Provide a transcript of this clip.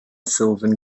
sylvan